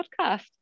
podcast